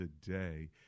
today